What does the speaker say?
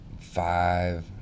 five